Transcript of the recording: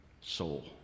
soul